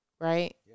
Right